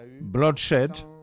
bloodshed